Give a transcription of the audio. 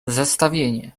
zestawienie